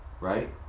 right